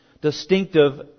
distinctive